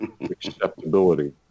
acceptability